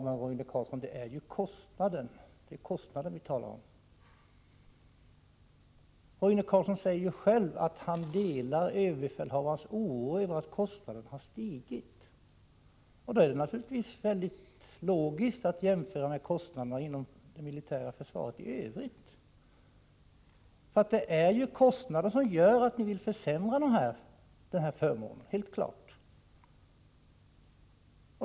Herr talman! Ja, men det är kostnaderna vi talar om! Roine Carlsson säger ju själv att han delar överbefälhavarens oro över att kostnaderna har stigit. Då är det naturligtvis mycket logiskt att göra jämförelser med kostnaderna inom det militära försvaret i övrigt. Det är ju kostnaderna som gör att ni vill försämra den här förmånen. Det är helt klart.